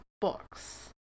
books